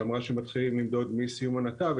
שאמרה שמתחילים למדוד מסיום הנתב,